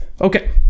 Okay